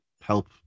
help